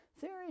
Theory